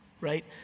right